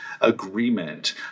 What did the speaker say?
agreement